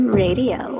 radio